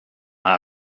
how